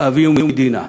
אביהו מדינה,